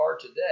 today